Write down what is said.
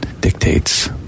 dictates